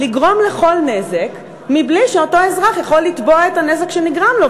לגרום לכל נזק בלי שאותו אזרח יכול לתבוע על הנזק שנגרם לו.